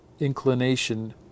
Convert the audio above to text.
inclination